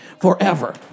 Forever